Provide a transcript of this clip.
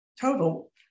total